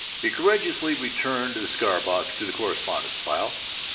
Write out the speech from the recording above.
he courageously returned the cigar-box to the correspondence-file,